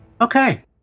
Okay